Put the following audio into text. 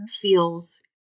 feels